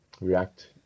react